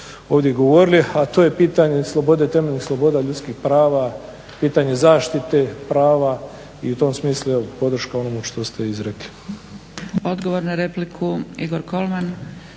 ovdje govorili, a to je pitanje temeljnih sloboda ljudskih prava, pitanje zaštite prava. I u tom smislu evo podrška onome što ste izrekli.